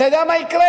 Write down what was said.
אתה יודע מה יקרה?